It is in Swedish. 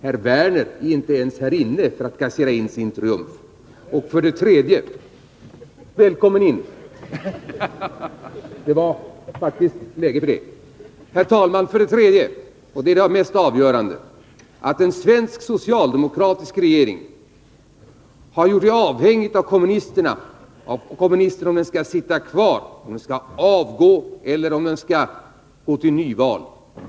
Herr Werner är inte ens här inne för att inkassera sin triumf. — Jaså! Välkommen in! Det var faktiskt läge för det. För det tredje, herr talman, och det mest avgörande: En svensk socialdemokratisk regering har gjort det avhängigt av kommunisterna om den skall sitta kvar, om den skall avgå eller om den skall gå till nyval.